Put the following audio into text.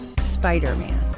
Spider-Man